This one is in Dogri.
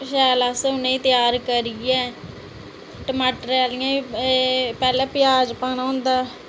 शैल उ'नेंगी अस त्यार करियै टमाटर आह्लियां बी पैह्लें प्याज पाना होंदा